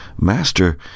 master